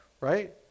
right